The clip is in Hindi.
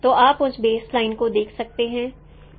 तो आप उस बेस लाइन को देख सकते हैं